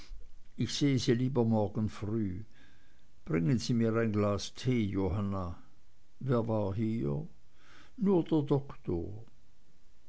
ich sehe sie lieber morgen früh bringen sie mir ein glas tee johanna wer war hier nur der doktor